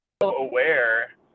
aware